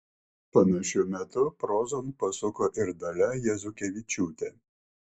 panašiu metu prozon pasuko ir dalia jazukevičiūtė